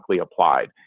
applied